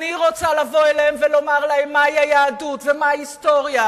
אני רוצה לבוא אליהם ולומר להם מהי היהדות ומהי ההיסטוריה,